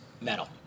medal